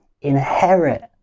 inherit